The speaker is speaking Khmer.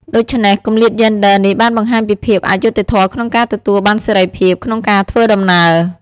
ដូច្នេះ គម្លាតយេនដ័រនេះបានបង្ហាញពីភាពអយុត្តិធម៌ក្នុងការទទួលបានសេរីភាពក្នុងការធ្វើដំណើរ។